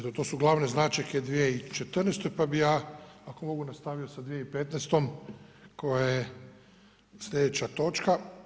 To su glavne značajke u 2014. pa bi ja ako mogu nastavio sa 2015. koja je slijedeća točka.